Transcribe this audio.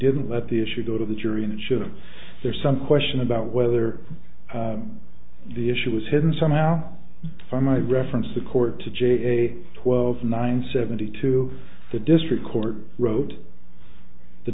didn't let the issue go to the jury and it should have there's some question about whether the issue was hidden somehow if i might reference the court to j a twelve nine seventy two the district court wrote the